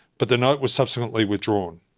but the note was subsequently withdrawn.